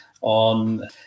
on